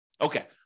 Okay